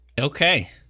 okay